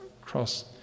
cross